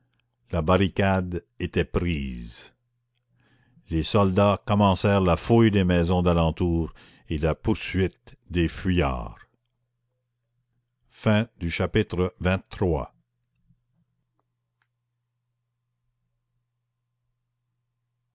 la barricade était prise les soldats commencèrent la fouille des maisons d'alentour et la poursuite des fuyards chapitre